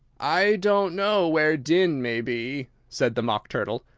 i don't know where dinn may be, said the mock turtle,